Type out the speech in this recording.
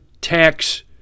tax